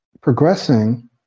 progressing